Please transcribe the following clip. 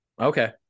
Okay